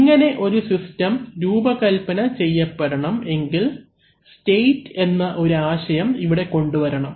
ഇങ്ങനെ ഒരു സിസ്റ്റം രൂപകൽപ്പന ചെയ്യപ്പെടണം എങ്കിൽ സ്റ്റേറ്റ് എന്ന ഒരു ആശയം ഇവിടെ കൊണ്ടുവരണം